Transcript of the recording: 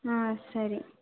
ಹಾಂ ಸರಿ